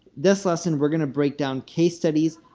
this lesson, we're going to break down case studies.